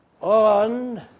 on